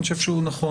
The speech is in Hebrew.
אני חושב שהוא נכון.